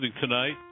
tonight